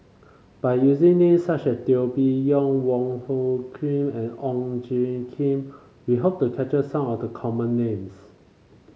by using name such as Teo Bee Yen Wong Hung Khim and Ong Tjoe Kim we hope to capture some of the common names